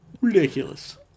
Ridiculous